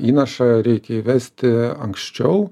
įnašą reikia įvesti anksčiau